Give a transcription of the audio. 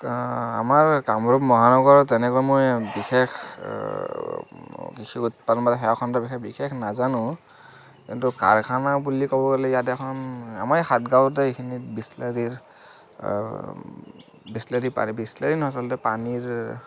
আমাৰ কামৰূপ মহানগৰত তেনেকৈ মই বিশেষ কৃষি উৎপাদন সেৱা খণ্ডৰ বিষয়ে বিশেষ নাজানোঁ কিন্তু কাৰখানা বুলি ক'বলৈ ইয়াত এখন আমাৰ এই সাতগাঁৱতে এইখিনিত বিছলেৰিৰ বিছলেৰি পা বিছলেৰি নহয় আচলতে পানীৰ